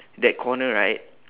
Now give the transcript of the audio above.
that corner right